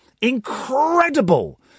incredible